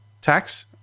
tax